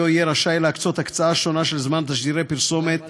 יהיה רשאי להקצות הקצאה שונה של זמן תשדירי פרסומת ברדיו,